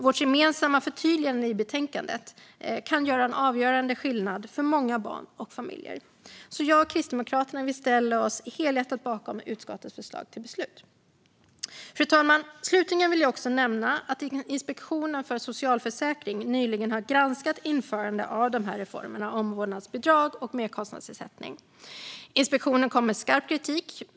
Vårt gemensamma förtydligande i betänkandet kan göra en avgörande skillnad för många barn och familjer. Jag och Kristdemokraterna ställer oss alltså helhjärtat bakom utskottets förslag till beslut. Fru talman! Slutligen vill jag också nämna att Inspektionen för socialförsäkringen nyligen har granskat införandet av reformerna omvårdnadsbidrag och merkostnadsersättning. Inspektionen kom med skarp kritik.